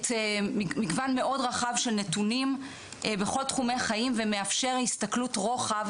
מגוון מאוד רחב של נתונים בכל תחומי החיים ומאפשר הסתכלות רוחב,